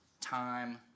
time